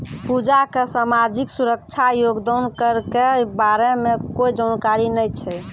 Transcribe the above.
पूजा क सामाजिक सुरक्षा योगदान कर के बारे मे कोय जानकारी नय छै